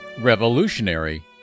Revolutionary